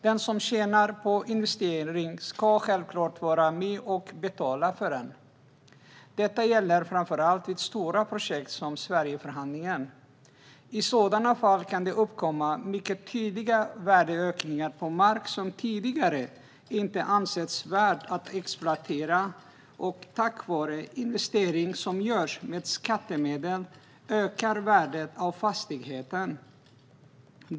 Den som tjänar på en investering ska självklart vara med och betala för den. Detta gäller framför allt vid stora projekt, som Sverigeförhandlingen. I sådana fall kan det uppkomma mycket tydliga värdeökningar på mark som tidigare inte ansetts värd att exploatera. Tack vare investeringar som görs med skattemedel ökar värdet av fastigheten.